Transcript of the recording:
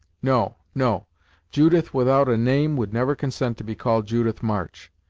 no no judith without a name would never consent to be called judith march!